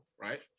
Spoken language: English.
right